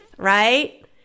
right